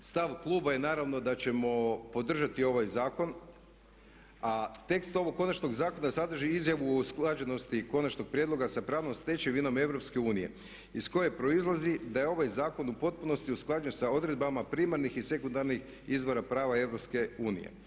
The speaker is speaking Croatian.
Stav kluba je naravno da ćemo podržati ovaj zakon a tekst ovog konačnog zakona sadrži izjavu usklađenosti i konačnog prijedlog sa pravnom stečevinom EU iz koje proizlazi da je ovaj zakon u potpunosti usklađen sa odredbama primarnih i sekundarnih izvora prava EU.